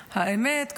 האמת,